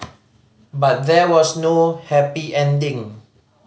but there was no happy ending